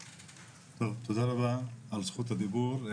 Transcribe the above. תודה רבה על זכות הדיבור.